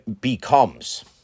becomes